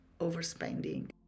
overspending